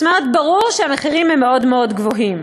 זאת אומרת, ברור שהמחירים הם מאוד מאוד גבוהים,